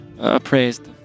appraised